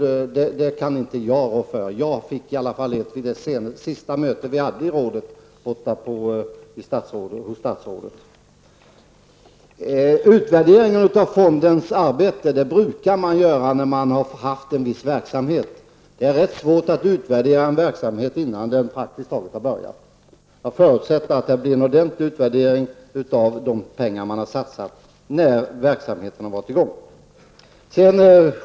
Det kan inte jag rå för. Jag fick i alla fall ett vid rådets sista mötet hos statsrådet. När det gäller fondens arbete är det brukligt att man gör en utvärdering när man har bedrivit en viss verksamhet. Det är rätt svårt att utvärdera en verksamhet innan den praktiskt taget har börjat. Jag förutsätter att det blir en ordentlig utvärdering av hur det har gått med de pengar som man har satsat när verksamheten har varit i gång.